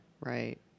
Right